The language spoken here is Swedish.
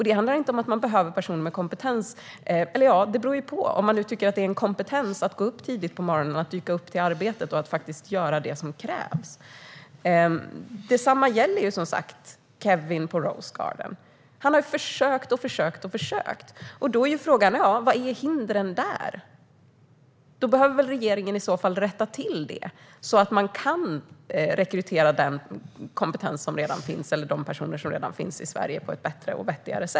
Det handlar inte om att man behöver personer med kompetens, om man nu inte tycker att det är en kompetens att gå upp tidigt på morgonen, dyka upp på arbetet och faktiskt göra det som krävs. Detsamma gäller som sagt Kevin på Rosegarden. Han har försökt och försökt. Då är frågan: Vad är hindren där? Då behöver regeringen i så fall rätta till det, så att man på ett bättre och vettigare sätt kan rekrytera den kompetens och de personer som redan finns i Sverige.